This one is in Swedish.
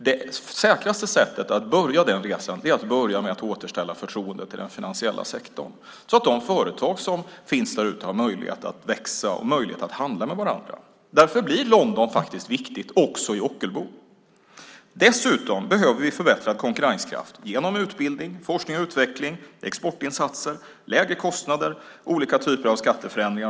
Det säkraste sättet att börja den resan är att återställa förtroendet i den finansiella sektorn så att de företag som finns där ute har möjlighet att växa och möjlighet att handla med varandra. Därför blir London faktiskt viktigt också i Ockelbo. Dessutom behöver vi förbättrad konkurrenskraft genom utbildning, forskning och utveckling, exportinsatser, lägre kostnader och olika typer av skatteförändringar.